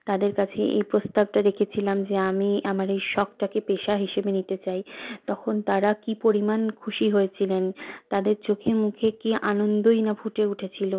তাদের কাছে এই প্রস্তাবটা রেখেছিলাম যে আমি আমার এই শখটাকে পেশা হিসেবে নিতে চাই তখন তারা কি পরিমাণ খুশি হয়েছিলেন তাদের চোখে মুখে কি আনন্দই না ফুটে উঠেছিলো